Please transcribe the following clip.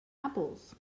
apples